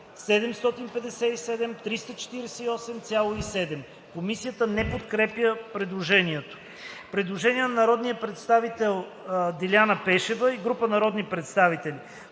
197,1” Комисията не подкрепя предложението. Предложение на народния представител Десислава Атанасова и група народни представители: